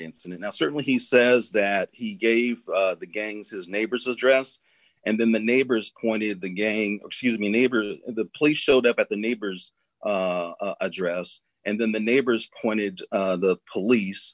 incident now certainly he says that he gave the gangs his neighbor's address and then the neighbors pointed the gang excuse me neighbors or the police showed up at the neighbor's address and then the neighbors pointed the police